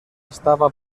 estava